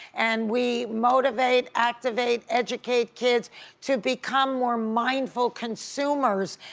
and we motivate, activate, educate kids to become more mindful consumers,